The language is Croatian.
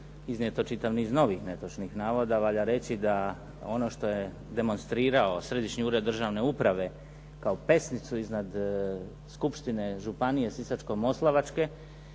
iznijeto i čitav niz novih netočnih navoda, valja reći da je ono što je demonstrirao Središnji ured državne uprave kao pesnicu iznad Skupštine županije Sisačko-moslavačke